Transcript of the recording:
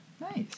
Nice